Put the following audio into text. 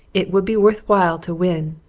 it would be worth while to win,